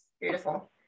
Beautiful